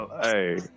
Hey